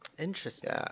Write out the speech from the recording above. Interesting